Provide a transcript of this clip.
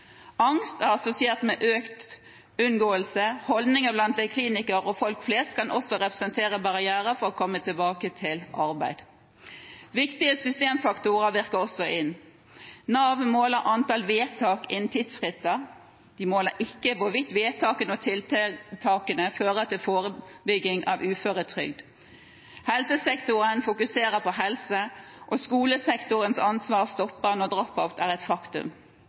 Angst er assosiert med økt unngåelse. Holdninger blant klinikere og folk flest kan også representere barrierer for å komme tilbake til arbeid. Viktige systemfaktorer virker også inn: Nav måler antall vedtak innen tidsfrister, de måler ikke hvorvidt vedtakene og tiltakene fører til forebygging av uføretrygd. Helsesektoren fokuserer på helse, og skolesektorens ansvar stopper når drop-out er et faktum.